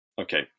Okay